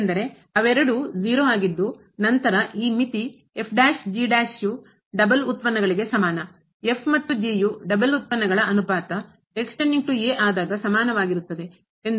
ಏಕೆಂದರೆ ಅವೆರಡೂ ನಂತರ ಈ ಮಿತಿ ಯು ಡಬಲ್ಉತ್ಪನ್ನಗಳಿಗೆ ಸಮಾನ ಮತ್ತು ಯು ಡಬಲ್ ಉತ್ಪನ್ನಗಳ ಅನುಪಾತ ಆದಾಗ ಸಮಾನವಾಗಿರುತ್ತದೆ ಎಂದು ನಿಯಮ ಹೇಳುತ್ತದೆ